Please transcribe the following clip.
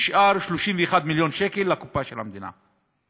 נשארים 31 מיליון שקל לקופה של המדינה.